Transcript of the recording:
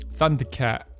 thundercat